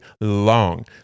long